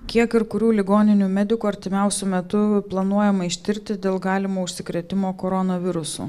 kiek ir kurių ligoninių medikų artimiausiu metu planuojama ištirti dėl galimų užsikrėtimo koronavirusu